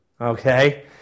Okay